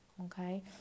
okay